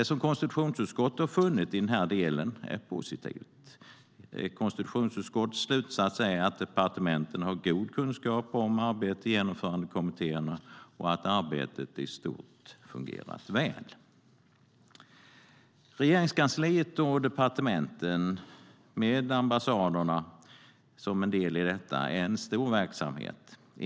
Det som konstitutionsutskottet funnit i den delen är positivt. Konstitutionsutskottets slutsats är att departementen har god kunskap om arbetet i genomförandekommittéerna och att arbetet i stort fungerat väl. Regeringskansliet, med departementen och ambassaderna, är en stor verksamhet.